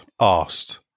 asked